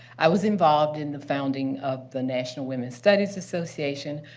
i was involved in the founding of the national women's studies association.